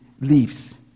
leaves